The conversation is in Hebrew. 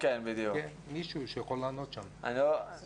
יוזמה של